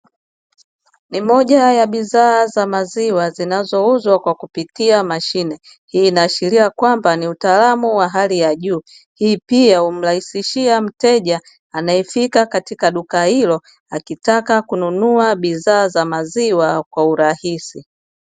Ni moja ya bidhaa za maziwa zinazouzwa kwa kupitia mashine, hii inaashiria kwamba ni utaalamu wa hali ya juu, hii pia humrahisishia mteja anayefika katika duka hilo akitaka kununua bidhaa za maziwa kwa urahisi.